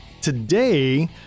today